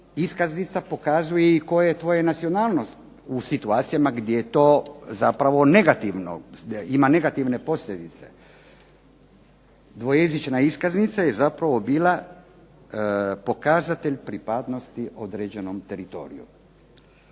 iskaznica pokazuje i koja je tvoja nacionalnost u situacijama gdje je to zapravo negativno, ima negativne posljedice. Dvojezična iskaznica je zapravo bila pokazatelj pripadnosti određenom teritoriju.